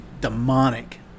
demonic